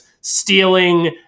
stealing